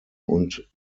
und